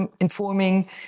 informing